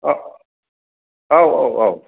औ औ औ